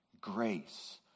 grace